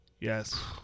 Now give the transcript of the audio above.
Yes